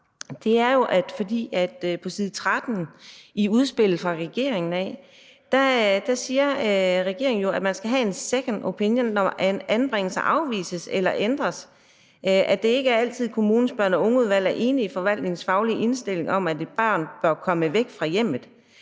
regeringen på side 13 i sit udspil siger, at man skal have en second opinion, når en anbringelse afvises eller ændres. Der står: »Det er ikke altid, at kommunes børn og ungeudvalg er enige i forvaltningens faglige indstilling om, at et barn bør komme væk fra hjemmet.